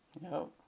No